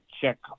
check